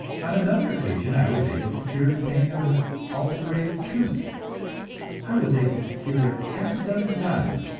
on another occasion i was able to cure the pain of an ulcerated tooth i was able to cure it half a dozen times,